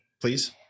please